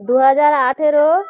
দু হাজার আঠেরো